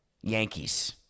Yankees